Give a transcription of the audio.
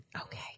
Okay